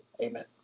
Amen